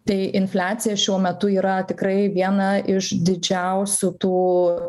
tai infliacija šiuo metu yra tikrai viena iš didžiausių tų